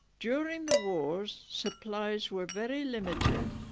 during the wars, supplies were very limited